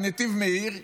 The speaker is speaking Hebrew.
בנתיב מאיר,